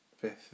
Fifth